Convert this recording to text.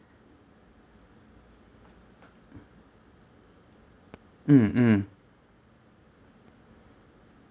mm mm